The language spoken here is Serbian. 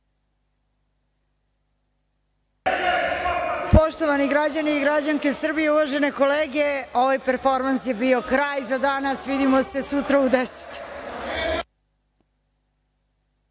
Poštovani građani i građanke Srbije, uvažene kolege, ovaj performans je bio kraj za danas, vidimo se sutra u 10.00